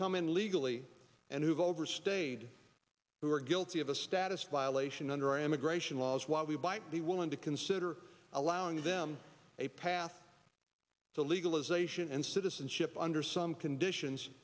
come in legally and who've overstayed who are guilty of a status violation under our emigration laws while we bite be willing to consider allowing them a path to legalization and citizenship under some conditions